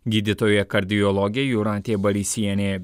gydytoja kardiologė jūratė barysienė